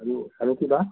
আৰু আৰু কিবা